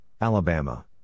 Alabama